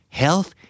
health